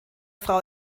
frau